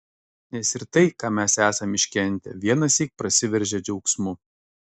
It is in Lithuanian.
nes ir tai ką mes esam iškentę vienąsyk prasiveržia džiaugsmu